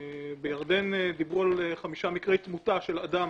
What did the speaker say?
ובירדן דיברו על חמישה מקרי תמותה של אדם